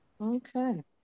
Okay